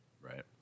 Right